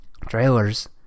trailers